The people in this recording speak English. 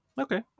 Okay